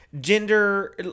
gender